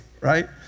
right